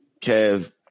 Kev